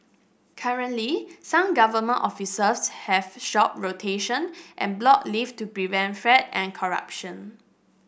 currently some government offices have job rotation and block leave to prevent fraud and corruption